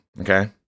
okay